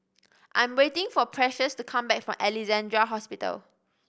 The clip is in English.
I'm waiting for Precious to come back from Alexandra Hospital